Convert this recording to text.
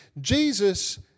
Jesus